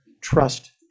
trust